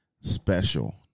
special